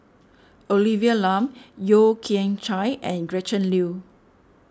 Olivia Lum Yeo Kian Chye and Gretchen Liu